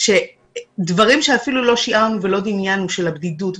-- ודברים שאפילו לא שיערנו ולא דמיינו של הבדידות,